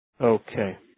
Okay